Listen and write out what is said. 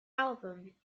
album